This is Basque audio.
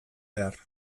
behar